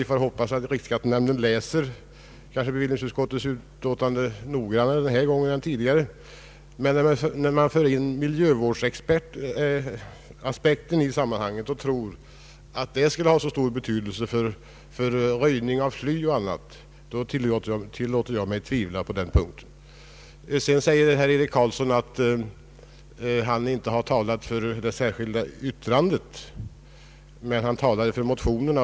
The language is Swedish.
Vi får väl hoppas att riksskattenämnden läser bevillningsutskottets betänkande noggrannare denna gång än tidigare. Men om man tror att miljövårdsaspekten skulle ha så stor betydelse beträffande röjning av sly, toppar och grenar o. d. tillåter jag mig att tvivla på den punkten. Herr Eric Carlsson anförde att han inte talat för det särskilda yttrande som avgivits utan för en motion som väckts i ärendet.